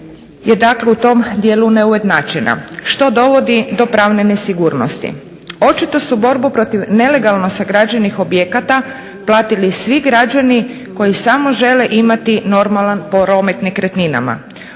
je dakle u tom dijelu neujednačena što dovodi do pravne nesigurnosti. Očito su borbu protiv nelegalno sagrađenih objekata platili svi građani koji samo žele imati normalan promet nekretnina.